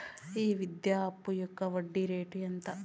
ఈ విద్యా అప్పు యొక్క వడ్డీ రేటు ఎంత?